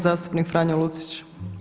Zastupnik Franjo Lucić.